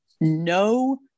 no